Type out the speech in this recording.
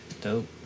Dope